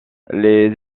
les